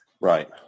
Right